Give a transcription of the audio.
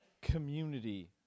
Community